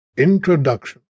Introduction